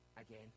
again